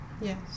yes